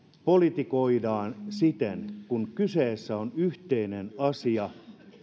politikoidaan vaikka kyseessä on yhteinen asia